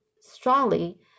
strongly